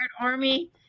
Army